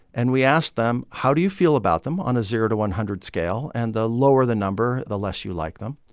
and we asked them, how do you feel about them, on a zero to one hundred scale. and the lower the number, the less you like them.